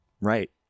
right